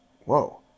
whoa